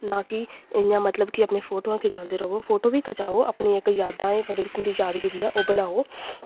नां कि इ'यां मतलब कि अपनी फोटोआं खचांदे रवो फोटो बी खचाओ अपनी इक यादां ऐ जेह्ड़ी तुं'दी यादगिरी ऐ ओह् बनाओ